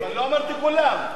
אבל לא אמרתי כולם.